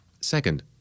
Second